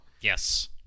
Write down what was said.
yes